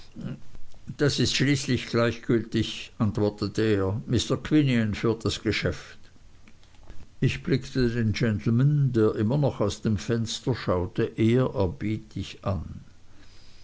das ist schließlich gleichgültig antwortete er mr quinion führt das geschäft ich blickte den gentleman der immer noch aus dem fenster schaute ehrerbietig an